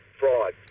fraud